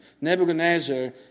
Nebuchadnezzar